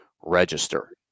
register